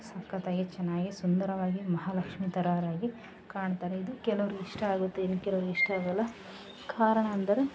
ಸಕ್ಕತ್ತಾಗಿ ಚೆನ್ನಾಗಿ ಸುಂದರವಾಗಿ ಮಹಾಲಕ್ಷ್ಮೀ ಥರರಾಗಿ ಕಾಣ್ತಾರೆ ಇದು ಕೆಲೋರ್ಗೆ ಇಷ್ಟ ಆಗುತ್ತೆ ಇನ್ನು ಕೆಲೋರ್ಗೆ ಇಷ್ಟ ಆಗೊಲ್ಲ ಕಾರಣ ಅಂದರೆ